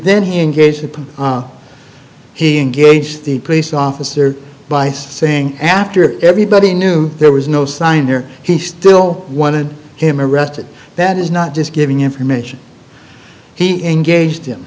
then he engaged he engaged the police officer by saying after everybody knew there was no sign there he still wanted him arrested that is not just giving information he engaged